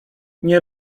nie